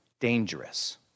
dangerous